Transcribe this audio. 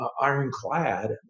ironclad